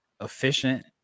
efficient